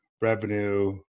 revenue